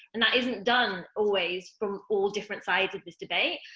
and that isn't done, always, from all different sides of this debate.